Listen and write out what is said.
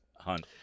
hunt